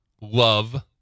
love